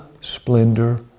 splendor